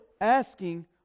asking